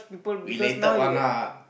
belated one lah